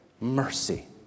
mercy